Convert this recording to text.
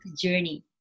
journey